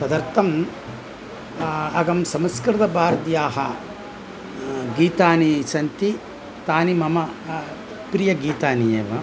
तदर्थं अहं संस्कृतभारत्याः गीतानि सन्ति तानि मम प्रिय गीतानि एव